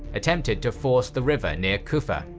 attempted to force the river near kufa,